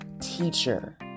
teacher